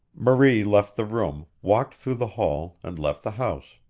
marie left the room, walked through the hall, and left the house.